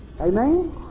Amen